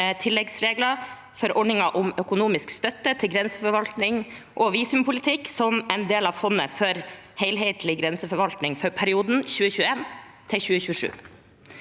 for ordningen for økonomisk støtte til grenseforvaltning og visumpolitikk, som en del av Fondet for helhetlig grenseforvaltning, for perioden 20212027.